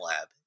Lab